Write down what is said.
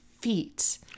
feet